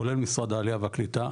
כולל משרד העלייה והקליטה,